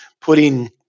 putting